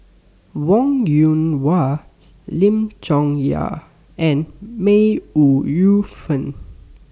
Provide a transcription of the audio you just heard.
Wong Yoon Wah Lim Chong Yah and May Ooi Yu Fen